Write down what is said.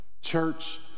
Church